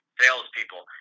salespeople